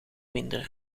minder